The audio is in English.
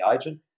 agent